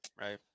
right